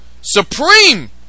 Supreme